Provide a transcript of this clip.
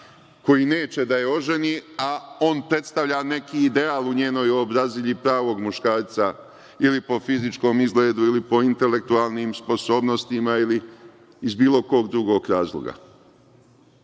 koji neće da je oženi, a on predstavlja neki ideal u njenoj uobrazilji pravog muškarca, ili po fizičkom izgledu, ili po intelektualnim sposobnosti, ili iz bilo kog drugog razloga.